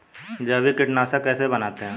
जैविक कीटनाशक कैसे बनाते हैं?